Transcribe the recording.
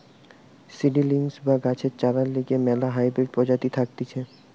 seedlings বা গাছের চরার লিগে ম্যালা হাইব্রিড প্রজাতি থাকতিছে